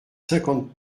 cinquante